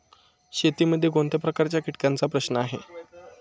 शेतीमध्ये कोणत्या प्रकारच्या कीटकांचा प्रश्न आहे?